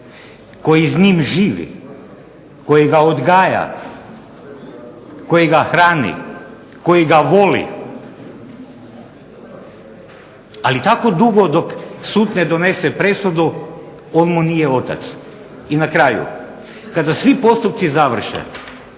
koji s njim živi, koji ga odgaja, koji ga hrani, koji ga voli, ali tako dugo dok sud ne donese presudu on mu nije otac. I na kraju kada svi postupci završe